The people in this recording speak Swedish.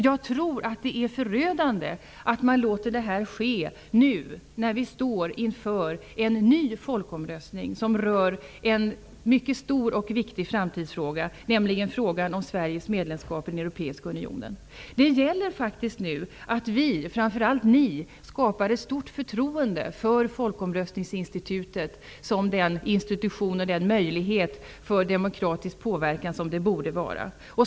Jag tror att det är förödande att man låter det här ske nu när vi står inför en ny folkomröstning som rör en mycket stor och viktig framtidsfråga, nämligen frågan om Det gäller faktiskt nu att vi -- och framför allt ni -- skapar ett stort förtroende för folkomröstningsinstitutet såsom den institution och den möjlighet för demokratisk påverkan som det borde vara.